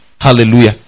Hallelujah